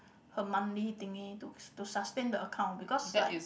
her monthly thingy to to sustain the account because like